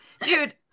Dude